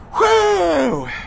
Woo